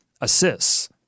assists